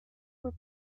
were